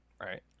right